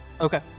Okay